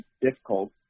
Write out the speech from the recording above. difficult